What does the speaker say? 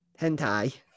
Hentai